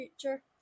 future